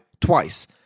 twice